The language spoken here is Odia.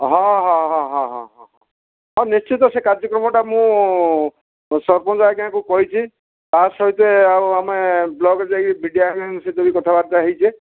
ହଁ ହଁହଁ ହଁ ହଁ ହଁ ନିଶ୍ଚିତ ସେ କାର୍ଯ୍ୟକ୍ରମଟା ମୁଁ ସରପଞ୍ଚ ଆଜ୍ଞାକୁ କହିଛି ତା ସହିତ ଆଉ ଆମେ ବ୍ଲକ ଯାଇକି ବି ଡ଼ି ଓ ଆଜ୍ଞାଙ୍କ ସହିତ ବି କଥାବାର୍ତ୍ତା ହେଇଛେ